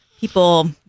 people